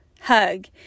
hug